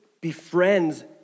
befriends